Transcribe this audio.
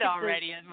already